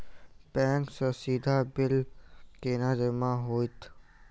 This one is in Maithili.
बैंक सँ सीधा बिल केना जमा होइत?